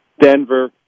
Denver